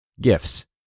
Gifts